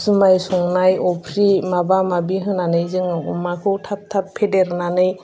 जुमाइ संनाय अफ्रि माबा माबि होनानै जोङो अमाखौ थाब थाब फेदेरनानै